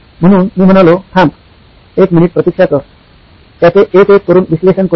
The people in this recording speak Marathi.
म्हणून मी म्हणालो थांब एक मिनिट प्रतीक्षा कर त्याचे एक एक करून विश्लेषण करू या